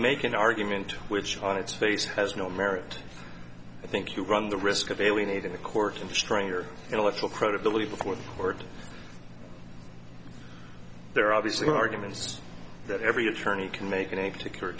make an argument which on its face has no merit i think you run the risk of alienating the court and stronger intellectual credibility before the court there are obviously arguments that every attorney can make in a particular